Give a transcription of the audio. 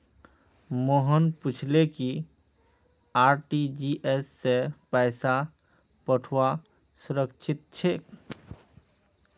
मोहन पूछले कि आर.टी.जी.एस स पैसा पठऔव्वा सुरक्षित छेक